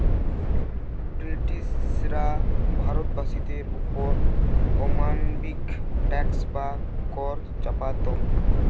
ব্রিটিশরা ভারতবাসীদের ওপর অমানবিক ট্যাক্স বা কর চাপাত